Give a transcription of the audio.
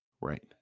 right